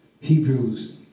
Hebrews